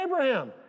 Abraham